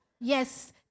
yes